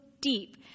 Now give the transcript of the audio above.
deep